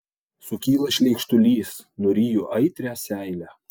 sukyla šleikštulys nuryju aitrią seilę